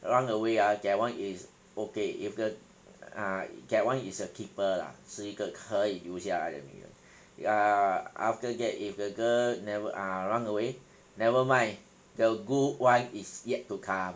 along the way ah that one is okay if the ah that one is a keeper lah 是一个可以留下来的女人 ya after that if the girl never uh run away never mind the good wife is yet to come